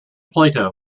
plato